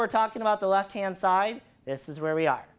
we're talking about the left hand side this is where we are